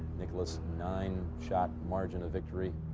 nicklaus nine shot margin of victory.